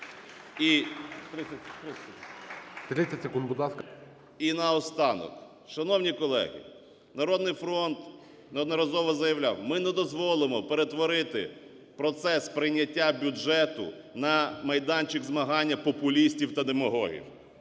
І наостанок. Шановні колеги, "Народний фронт" неодноразово заявляв, ми не дозволимо перетворити процес прийняття бюджету на майданчик змагання популістів та демагогів.